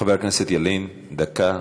חבר הכנסת ילין, דקה.